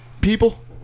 people